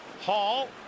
Hall